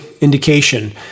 indication